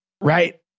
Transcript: right